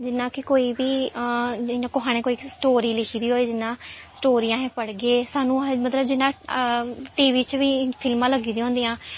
जियां केह् कोई बी जियां कुहा ने कोई स्टोरी लिखी दी होए जियां स्टोरी अहें पढ़गे सानूं अहें मतलब जियां टी वी च बी फिल्मां लग्गी दियां होंदियां